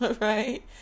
Right